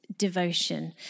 devotion